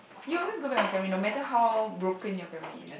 you always go back your family no matter how broken your family is